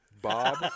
Bob